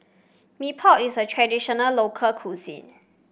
Mee Pok is a traditional local cuisine